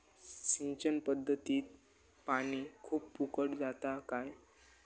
सिंचन पध्दतीत पानी खूप फुकट जाता काय?